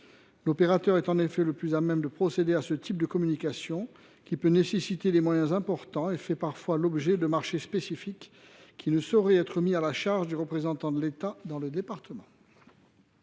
L’opérateur est en effet le plus à même de procéder à ce type de communication, qui peut nécessiter des moyens importants et fait parfois l’objet de marchés spécifiques, lesquels ne sauraient être mis à la charge du représentant de l’État dans le département.